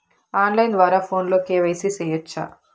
on line ద్వారా ఫోనులో KYC సేయొచ్చా